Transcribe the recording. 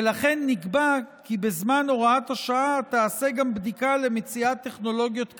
ולכן נקבע כי בזמן הוראת השעה תיעשה גם בדיקה למציאת טכנולוגיות כאמור,